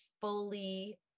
fully